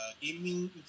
gaming